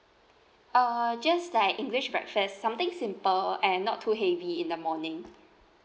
uh just like english breakfast something simple and not too heavy in the morning